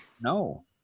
No